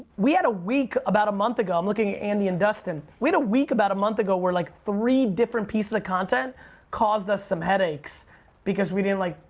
we had a week about a month ago, i'm looking at andy and dustin. we had a week about a month ago where like three different pieces of content caused us some headaches because we didn't, like,